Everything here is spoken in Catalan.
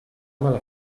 mala